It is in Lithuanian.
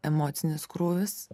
emocinis krūvis